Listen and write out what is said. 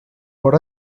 por